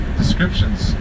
descriptions